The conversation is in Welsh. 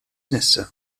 nesaf